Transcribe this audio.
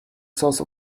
source